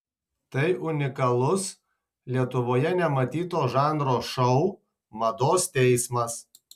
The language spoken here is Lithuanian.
tai unikalus lietuvoje nematyto žanro šou mados teismas